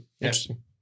Interesting